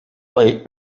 late